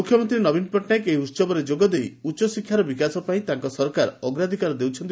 ମୁଖ୍ୟମନ୍ତୀ ନବୀନ ପଟ୍ଟନାୟକ ଏହି ଉହବରେ ଯୋଗଦେଇ ଉଚ୍ଚଶିକ୍ଷାର ବିକାଶ ପାଇଁ ତାଙ୍କ ସରକାର ଅଗ୍ରାଧିକାର ଦେଉଛନ୍ତି